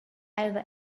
either